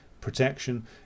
protection